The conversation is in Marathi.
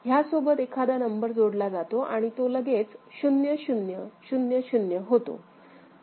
ह्यासोबत एखादा नंबर जोडला जातो आणि तो लगेच 0000 होतो